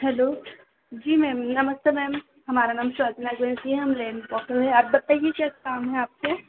hello ji ma'am नमस्ते ma'am हमारा नाम है हम लेंड ब्रोकर हैं आप बताइए क्या काम है आपको